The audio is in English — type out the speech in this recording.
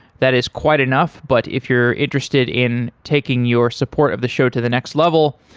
that is quite enough, but if you're interested in taking your support of the show to the next level,